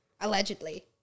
Allegedly